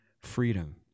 freedom